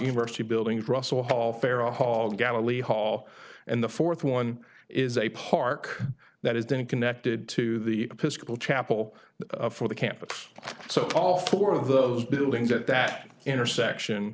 university buildings russell hall pharaoh hall galley hall and the fourth one is a park that has been connected to the physical chapel for the campus so all four of those buildings at that intersection